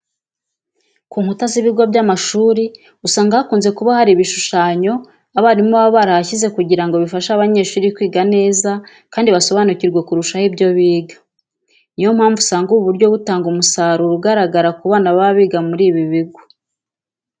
Ku nkuta z'ibigo by'amashuri usanga hakunze kuba hari ibishushanyo abarimu baba barahashyize kugira ngo bifashe abanyeshuri kwiga neza kandi basobanukirwe kurushaho ibyo biga. Niyo mpamvu usanga ubu buryo butanga umusaruro ugaragara ku bana baba biga muri ibi bigo.